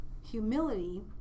humility